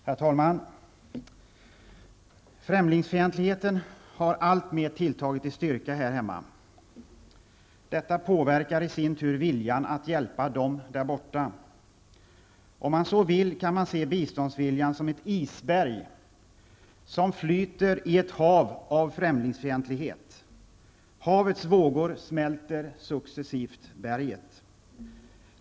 Fru talman! Främlingsfientligheten har alltmer tilltagit i styrka här hemma. Detta påverkar i sin tur viljan att hjälpa dem där borta. Om man så vill kan man se biståndsviljan som ett isberg som flyter i ett hav av främlingsfientlighet. Havets vågor smälter successivt berget.